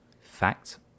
fact